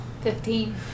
Fifteen